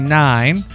nine